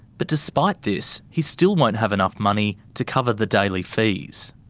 but despite this, he still won't have enough money to cover the daily fees.